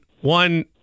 One